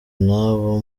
n’abo